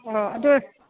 ꯑꯣ ꯑꯗꯣ